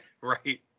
right